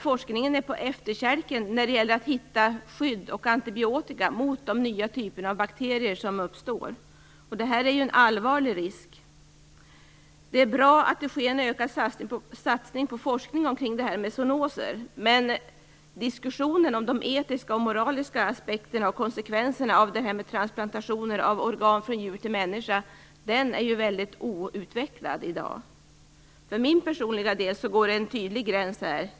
Forskningen är i dag på efterkälken när det gäller att hitta skydd och antibiotika mot de nya typer av bakterier som uppstår, och detta är en allvarlig risk. Det är bra att det sker en ökad satsning på forskning om zonoser, men diskussionen om de etiska och moraliska aspekterna på och konsekvenserna av transplantationer av organ från djur till människa är ju i dag mycket outvecklad. För min personliga del går det här en tydlig gräns.